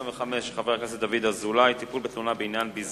חבר הכנסת זבולון אורלב שאל את שר הביטחון ביום